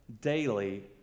daily